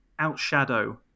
outshadow